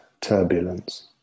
turbulence